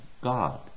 God